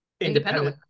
independently